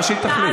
מה שהיא תחליט.